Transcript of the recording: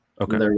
Okay